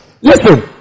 Listen